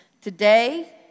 today